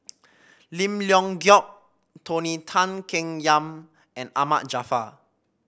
Lim Leong Geok Tony Tan Keng Yam and Ahmad Jaafar